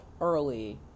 early